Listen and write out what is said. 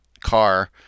car